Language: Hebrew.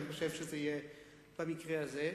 אני חושב שזה יהיה במקרה הזה.